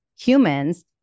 humans